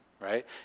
right